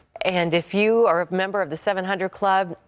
and if you are a member of the seven hundred club,